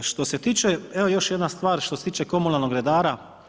Što se tiče, evo još jedna stvar što se tiče komunalnog redara.